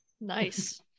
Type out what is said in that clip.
Nice